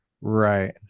Right